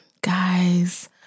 guys